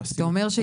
אתה אומר,